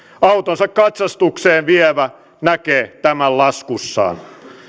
autonsa katsastukseen vievä näkee tämän laskussaan